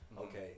okay